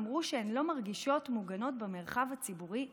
אמרו שהן לא מרגישות מוגנות במרחב הציבורי בישראל,